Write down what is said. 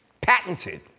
patented